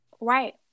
right